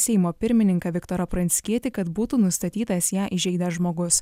seimo pirmininką viktorą pranckietį kad būtų nustatytas ją įžeidęs žmogus